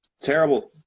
Terrible